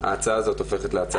ההצעה הזאת הופכת להצעת חוק תקציבית.